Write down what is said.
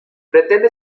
pretende